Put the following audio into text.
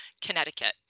Connecticut